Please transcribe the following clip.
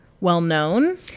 well-known